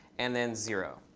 and then zero.